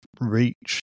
reach